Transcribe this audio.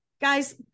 guys